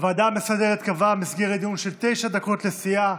הוועדה המסדרת קבעה מסגרת דיון של תשע דקות לסיעה.